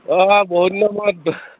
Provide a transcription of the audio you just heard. অঁ বহুত দিনৰ মূৰত